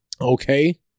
Okay